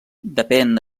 depèn